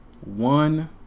one